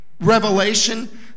revelation